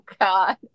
God